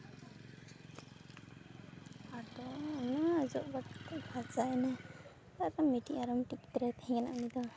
ᱟᱫᱚ ᱚᱱᱟ ᱚᱡᱚᱜ ᱠᱟᱛᱮ ᱯᱷᱟᱨᱪᱟᱭᱮᱱᱟᱭ ᱟᱨ ᱢᱤᱫᱴᱤᱡ ᱟᱨᱚ ᱢᱤᱫᱴᱤᱡ ᱜᱤᱫᱽᱨᱟᱹᱭ ᱛᱟᱦᱮᱠᱟᱱᱟ ᱩᱱᱤ ᱫᱚ